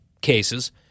cases